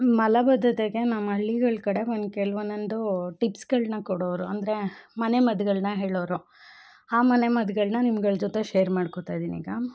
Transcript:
ಮಲಬದ್ದತೆಗೆ ನಮ್ಮ ಹಳ್ಳಿಗಳ ಕಡೆ ಒಂದು ಕೆಲ ಒಂದೊಂದೂ ಟಿಪ್ಸ್ಗಳನ್ನ ಕೊಡೋರು ಅಂದರೆ ಮನೆ ಮದ್ದುಗಳ್ನ ಹೇಳೋರು ಆ ಮನೆ ಮದ್ದುಗಳ್ನ ನಿಮ್ಗಳ ಜೊತೆ ಶೇರ್ ಮಾಡ್ಕೊತಾಯಿದೀನಿ ಈಗ